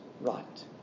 right